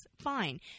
Fine